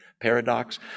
Paradox